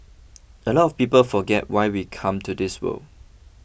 a lot of people forget why we come to this world